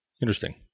Interesting